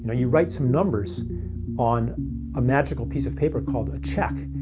you write some numbers on a magical piece of paper called a check,